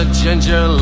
ginger